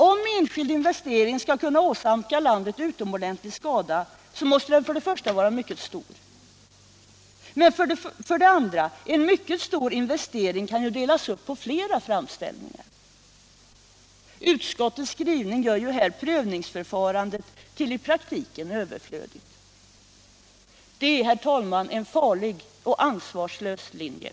Om enskild investering skulle kunna åsamka landet utomordentlig skada, så måste den vara mycket stor. Men en mycket stor investering kan ju delas upp på flera framställningar. Utskottets skrivning gör prövningsförfarandet i praktiken överflödigt. Det är, herr talman, en farlig och ansvarslös linje.